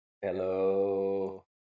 Hello